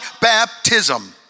baptism